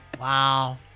Wow